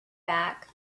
back